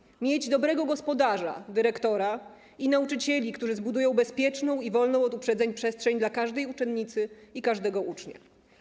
Powinien mieć dobrego gospodarza - dyrektora - i nauczycieli, którzy zbudują bezpieczną i wolną od uprzedzeń przestrzeń dla każdej uczennicy i każdego ucznia.